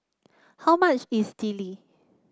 how much is Idili